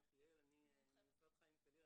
אני מעמותת חיים קליר,